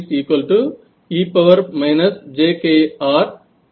Ge jkR4R